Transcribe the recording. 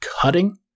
cutting